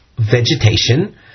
vegetation